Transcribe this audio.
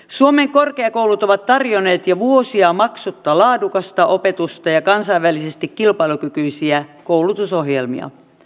suomen korkeakoulut ovat tarjonneet jo vuosia maksutta laadukasta opetusta ja kansainvälisesti kilpailukykyisiä koulutusohjelmia